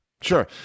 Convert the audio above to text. sure